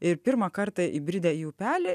ir pirmą kartą įbridę į upelį